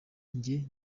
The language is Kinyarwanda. njye